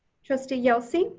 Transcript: trustee yelsey.